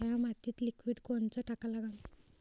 थ्या मातीत लिक्विड कोनचं टाका लागन?